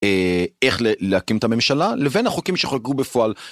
איך להקים את הממשלה, לבין החוקים שחוקקו בפועל.